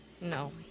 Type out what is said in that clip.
No